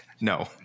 no